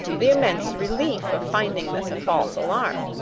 the immense relief of finding this a false alarm!